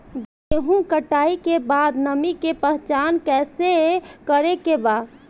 गेहूं कटाई के बाद नमी के पहचान कैसे करेके बा?